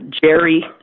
Jerry